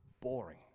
boring